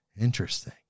Interesting